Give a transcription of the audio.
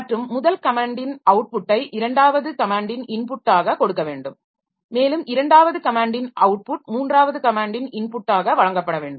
மற்றும் முதல் கமேன்ட்டின் அவுட்புட்டை இரண்டாவது கமேன்ட்டின் இன்புட்டாக கொடுக்க வேண்டும் மேலும் இரண்டாவது கமேன்ட்டின் அவுட்புட் மூன்றாவது கமேன்ட்டின் இன்புட்டாக வழங்கப்பட வேண்டும்